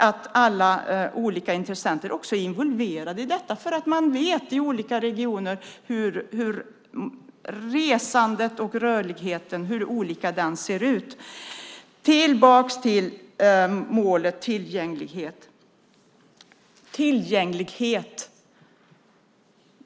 Alla olika intressenter ska också vara involverade i detta eftersom man i olika regioner vet hur olika resandet och rörligheten ser ut. Jag ska gå tillbaka till målet om tillgänglighet.